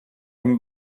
and